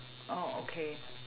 oh okay